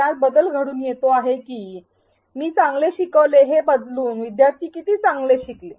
त्यात बदल घडून येतो असा की मी चांगले शिकवले हे बदलून विद्यार्थी किती चांगले शिकले